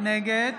נגד